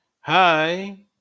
Hi